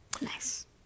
Nice